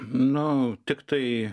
nu tiktai